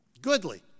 Goodly